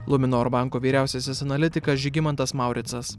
luminor banko vyriausiasis analitikas žygimantas mauricas